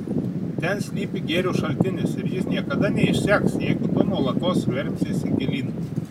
ten slypi gėrio šaltinis ir jis niekada neišseks jeigu tu nuolatos skverbsiesi gilyn